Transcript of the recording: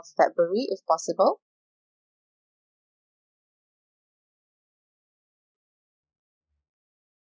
february if possible